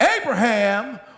Abraham